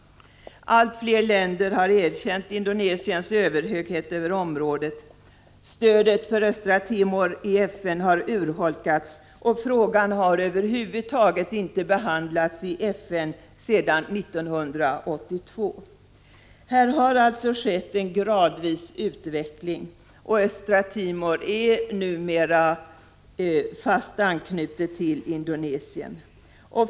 Allt fler länder har erkänt Indonesiens överhöghet över området. Stödet för Östra Timor i FN har urholkats, och frågan har över huvud taget inte behandlats i FN sedan 1982. Här har alltså skett en gradvis utveckling, och Östra Timor är numera fast knutet till Indonesien.